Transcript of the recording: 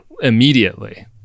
Immediately